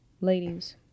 ladies